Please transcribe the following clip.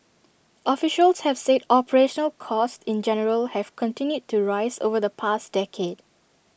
officials have said operational costs in general have continued to rise over the past decade